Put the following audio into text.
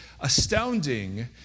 astounding